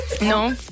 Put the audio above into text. No